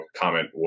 comment